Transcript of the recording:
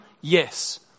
yes